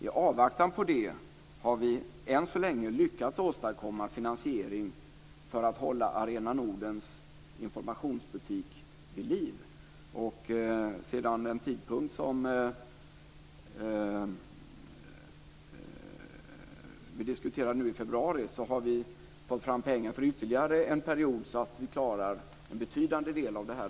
I avvaktan på det har vi än så länge lyckats åstadkomma finansiering för att hålla Arena Nordens informationsbutik vid liv. Sedan den tidpunkt då vi diskuterade frågan senast - i februari - har vi fått fram pengar för ytterligare en period, så att vi klarar en betydande del av detta år.